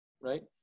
right